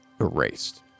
erased